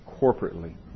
corporately